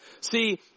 See